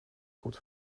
goed